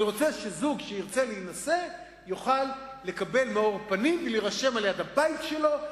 אני רוצה שזוג שירצה להינשא יוכל לקבל מאור פנים ולהירשם ליד הבית שלו,